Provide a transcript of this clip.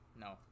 No